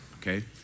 okay